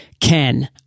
Ken